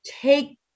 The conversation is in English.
take